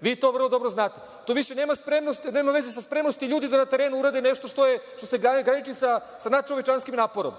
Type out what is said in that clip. Vi to vrlo dobro znate. To više nema veze sa spremnosti ljudi da na terenu urade nešto što se graniči sa nadčovečanskim naporom,